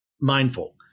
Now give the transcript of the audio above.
mindful